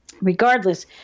Regardless